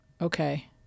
Okay